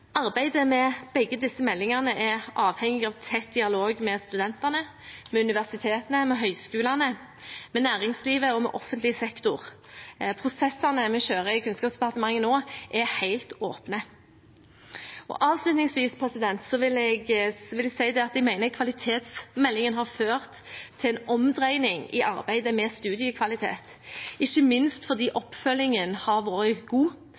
Arbeidet med begge disse meldingene er avhengig av tett dialog med studentene, med universiteter og høyskoler og med næringsliv og offentlig sektor. Prosessene vi kjører i Kunnskapsdepartementet nå, er helt åpne. Avslutningsvis vil jeg si at jeg mener at kvalitetsmeldingen har ført til en omdreiing i arbeidet med studiekvalitet, ikke minst fordi oppfølgingen har vært god